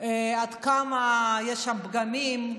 עד כמה יש שם פגמים.